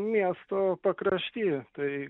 miesto pakrašty tai